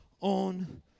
on